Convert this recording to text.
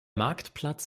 marktplatz